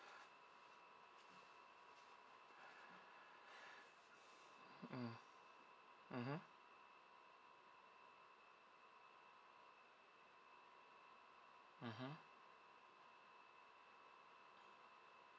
mm mmhmm mmhmm